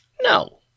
No